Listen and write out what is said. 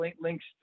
links